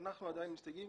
אבל זו עמדת היושב-ראש.